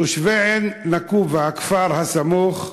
תושבי עין-נקובא, הכפר הסמוך,